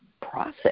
process